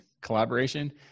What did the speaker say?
collaboration